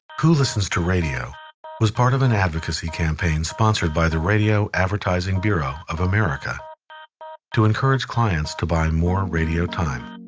who listens to radio was part of an advocacy campaign sponsored by the radio advertising bureau of america to encourage clients to buy more radio time.